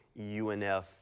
UNF